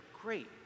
great